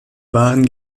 waren